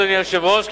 אדוני היושב-ראש,